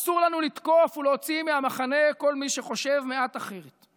אסור לנו לתקוף ולהוציא מהמחנה כל מי שחושב מעט אחרת.